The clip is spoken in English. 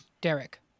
Derek